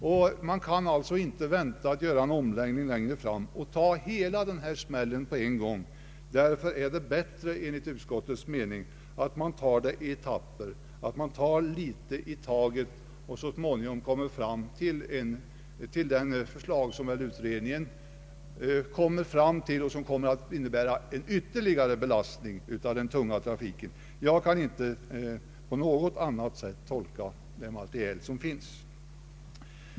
Vi kan därför inte vänta med omläggningen till längre fram och så att säga ta hela denna smäll på en gång. Enligt utskottets mening bör det ske i etapper med litet i taget. Det förslag som utredningen kan väntas resultera i kommer helt säkert att innebära en ytterligare belastning av den tunga trafiken. Jag kan inte på något annat sätt tolka det material som finns.